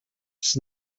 just